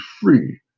free